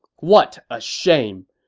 what a shame!